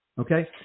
okay